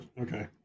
Okay